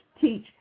teach